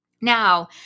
Now